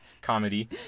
comedy